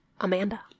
Amanda